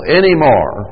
anymore